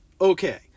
Okay